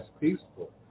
peaceful